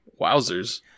Wowzers